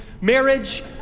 marriage